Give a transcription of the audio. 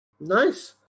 Nice